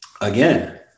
again